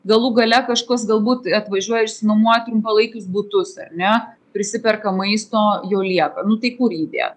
galų gale kažkas galbūt atvažiuoja išsinuomoja trumpalaikius butus ar ne prisiperka maisto jo liekana nu tai kur jį dėti